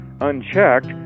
unchecked